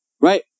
right